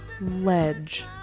Ledge